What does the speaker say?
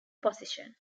position